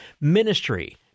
ministry